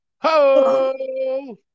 ho